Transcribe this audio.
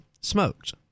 smoked